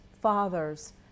fathers